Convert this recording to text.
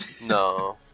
No